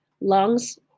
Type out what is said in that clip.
lungs